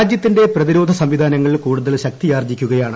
രാജ്യത്തിന്റെ പ്രതിരോധ സ്സ്പ്പിധാനങ്ങൾ കൂടുതൽ ശക്തിയാർജിക്കുകയാണ്